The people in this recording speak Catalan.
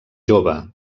jove